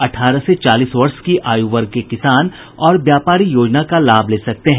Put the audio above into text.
अठारह से चालीस वर्ष की आयु वर्ग के किसान और व्यापारी योजना का लाभ ले सकते हैं